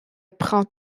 prend